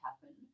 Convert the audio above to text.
happen